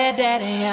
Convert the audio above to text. daddy